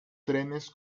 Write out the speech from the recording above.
trenes